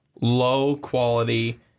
low-quality